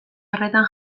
horretan